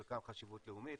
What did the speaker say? חלקן חשיבות לאומית,